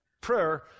Prayer